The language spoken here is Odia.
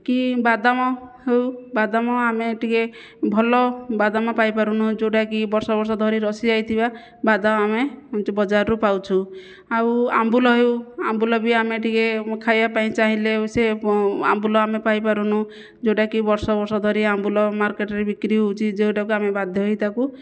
କି ବାଦାମ ହେଉ ବାଦାମ ଆମେ ଟିକିଏ ଭଲ ବାଦାମ ପାଇପାରୁନାହୁଁ ଯେଉଁଟାକି ବର୍ଷ ବର୍ଷ ଧରି ରସି ଯାଇଥିବା ବାଦାମ ଆମେ ବଜାରରୁ ପାଉଛୁ ଆଉ ଆମ୍ବୁଲ ହେଉ ଆମ୍ବୁଲ ବି ଆମେ ଟିକିଏ ଖାଇବା ପାଇଁ ଚାହିଁଲେ ସେ ଆମ୍ବୁଲ ଆମେ ପାଇପାରୁନାହୁଁ ଯେଉଁଟାକି ବର୍ଷବର୍ଷ ଧରି ଆମ୍ବୁଲ ମାର୍କେଟ୍ରେ ବିକ୍ରି ହେଉଛି ଯେଉଁଟାକି ବାଧ୍ୟ ହୋଇ ତାକୁ